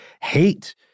hate